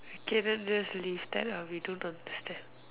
okay then just leave that out we don't talk this then